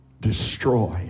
destroyed